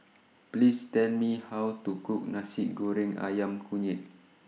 Please Tell Me How to Cook Nasi Goreng Ayam Kunyit